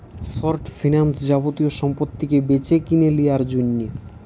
short finance যাবতীয় সম্পত্তিকে বেচেকিনে লিয়ার জন্যে